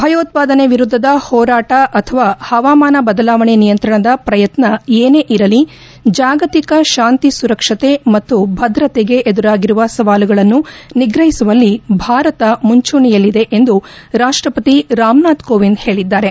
ಭಯೋತ್ವಾದನೆ ವಿರುದ್ಲದ ಹೋರಾಟ ಅಥವಾ ಹವಾಮಾನ ಬದಲಾವಣೆ ನಿಯಂತ್ರಣದ ಪ್ರಯತ್ನ ಏನೇ ಇರಲಿ ಜಾಗತಿಕ ಶಾಂತಿ ಸುರಕ್ಲತೆ ಮತ್ತು ಭದ್ರತೆಗೆ ಎದುರಾಗಿರುವ ಸವಾಲುಗಳನ್ನು ನಿಗ್ರಹಿಸುವಲ್ಲಿ ಭಾರತ ಮುಂಚೂಣಿಯಲ್ಲಿದೆ ಎಂದು ರಾಷ್ಷಪತಿ ರಾಮನಾಥ್ ಕೋವಿಂದ್ ಹೇಳಿದ್ದಾರೆ